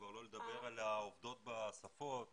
כבר לא לדבר על עובדות בשפות,